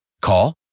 Call